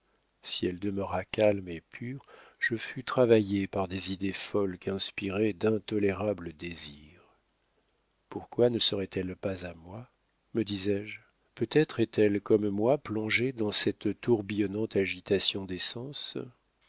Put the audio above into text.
si elle demeura calme et pure je fus travaillé par des idées folles qu'inspiraient d'intolérables désirs pourquoi ne serait-elle pas à moi me disais-je peut-être est-elle comme moi plongée dans cette tourbillonnante agitation des